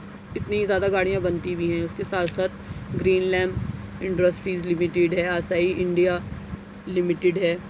اتنی زیادہ گاڑیاں بنتی بھی ہیں اس کے ساتھ ساتھ گرین لیمپ انڈسٹریز لمیٹیڈ ہے اہسا ہی انڈیا لمیٹیڈ ہے